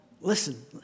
listen